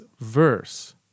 verse